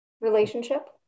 relationship